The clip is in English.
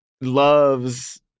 loves